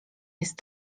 jest